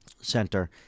center